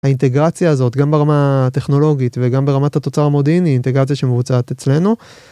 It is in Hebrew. האינטגרציה הזאת גם ברמה הטכנולוגית וגם ברמת התוצר המודיעיני היא אינטגרציה שמבוצעת אצלנו.